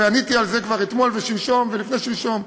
ועניתי על זה כבר אתמול ושלשום ולפני שלשום.